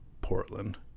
portland